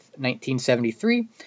1973